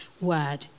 word